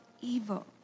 Evil